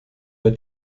mehr